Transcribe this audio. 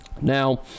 Now